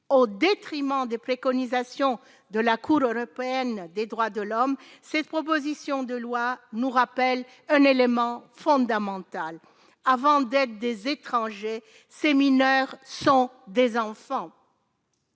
au détriment des préconisations de la Cour européenne des droits de l'homme, cette proposition de loi nous rappelle un élément fondamental avant d'être des étrangers, ces mineurs sont des enfants.